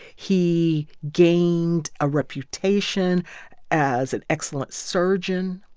he gained a reputation as an excellent surgeon.